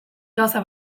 gauza